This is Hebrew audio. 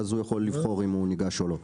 ואז הוא יכול לבחור אם הוא ניגש או לא,